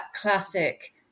classic